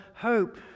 hope